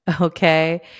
Okay